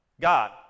God